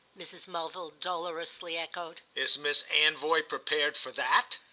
mrs. mulville dolorously echoed. is miss anvoy prepared for that?